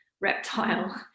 reptile